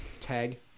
tag